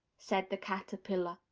said the caterpillar.